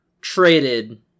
traded